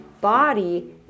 body